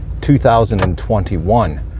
2021